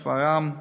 שפרעם,